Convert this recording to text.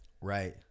right